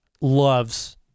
loves